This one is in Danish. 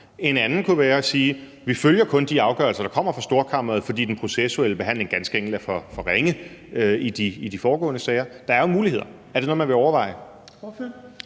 En anden kunne være at sige, at vi kun følger de afgørelser, der kommer fra Storkammeret, fordi den processuelle behandling ganske enkelt er for ringe i de forudgående sager. Det er jo muligheder. Er det noget, man vil overveje?